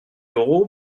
euros